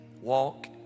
walk